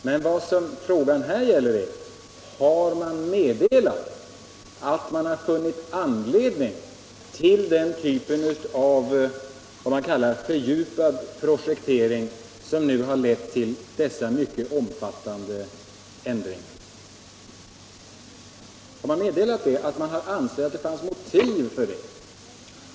Men vad frågan här gäller är: Har man meddelat att man har funnit anledning till den typen av vad man kallar fördjupad projektering, som nu har lett till dessa mycket omfattande ändringar?